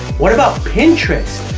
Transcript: what about pinterest?